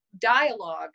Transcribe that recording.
Dialogue